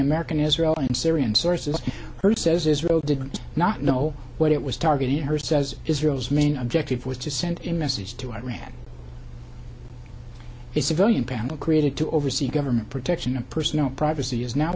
american israel and syrian sources says israel didn't not know what it was targeting her says israel's main objective was to send a message to iran is civilian panel created to oversee government protection of personal privacy is now